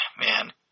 man